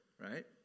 right